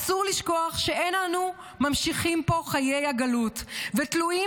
אסור לשכוח שאין אנו ממשיכים פה חיי הגלות ותלויים